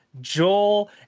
Joel